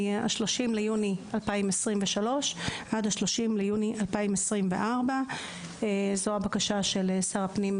מ-30 ביוני 2023 עד 30 ביוני 2024. זו הבקשה של שר הפנים,